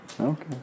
Okay